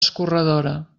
escorredora